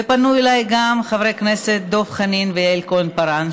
ופנו אליי גם חברי הכנסת דב חנין ויעל כהן-פארן,